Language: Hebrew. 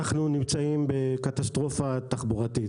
אנחנו נמצאים בקטסטרופה תחבורתית,